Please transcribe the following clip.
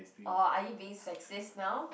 or are you being sexist now